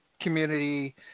community